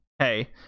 Hey